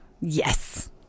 Yes